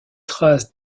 traces